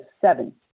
seven